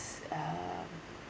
uh